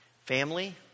Family